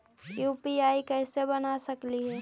UPI कैसे बना सकली हे?